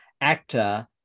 actor